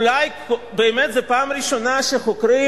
אולי זו באמת זאת פעם ראשונה שחוקרים,